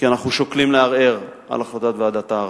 כי אנחנו שוקלים לערער על החלטת ועדת הערר,